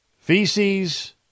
feces